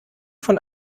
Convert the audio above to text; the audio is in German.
von